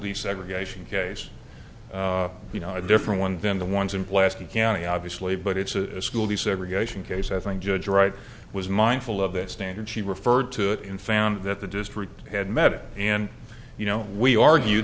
desegregation case you know a different one than the ones in plastic county obviously but it's a school desegregation case i think judge wright was mindful of that standard she referred to it and found that the district had met it and you know we argue